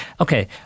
Okay